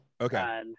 Okay